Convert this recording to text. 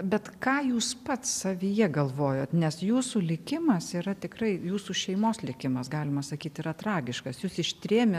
bet ką jūs pats savyje galvojot nes jūsų likimas yra tikrai jūsų šeimos likimas galima sakyt yra tragiškas jus ištrėmė